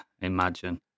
Imagine